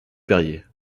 perrier